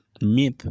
myth